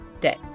day